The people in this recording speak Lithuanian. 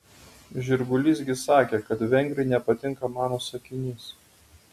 žirgulys gi sakė kad vengriui nepatinka mano sakinys